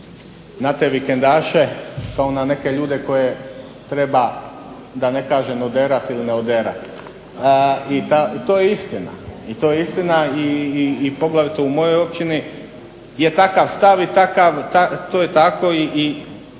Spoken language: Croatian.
na te vikendaše kao na neke ljude koje treba da ne kažem oderati ili ne oderati i to je istina. I poglavito je u mojoj općini je takav stav i to je tako i